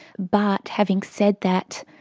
but having said that,